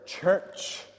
church